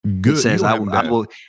Good